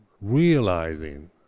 realizing